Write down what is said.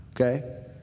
okay